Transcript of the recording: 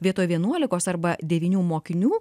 vietoj vienuolikos arba devynių mokinių